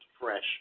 fresh